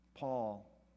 Paul